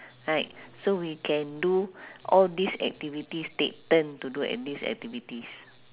right so we can do all these activities take turn to do a~ these activities